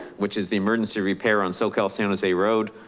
which is the emergency repair on soquel san jose road.